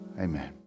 amen